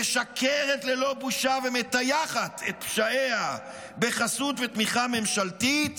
משקרת ללא בושה ומטייחת את פשעיה בחסות ובתמיכה ממשלתית,